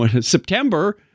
September